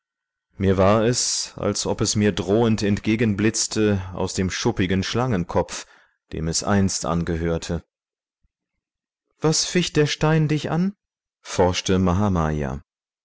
mir war es als ob es mir drohend entgegenblitzte aus dem schuppigen schlangenkopf dem es einst angehörte was ficht der stein dich an